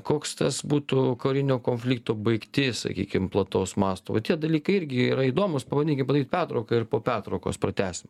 koks tas būtų karinio konflikto baigtis sakykim plataus masto va tie dalykai irgi yra įdomūs pabandykim padaryt pertrauką ir po pertraukos pratęst